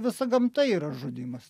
visa gamta yra žudymas